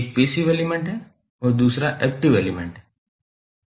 एक passive element है और दूसरा एक्टिव एलिमेंट है